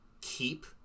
keep